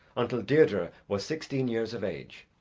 until deirdre was sixteen years of age.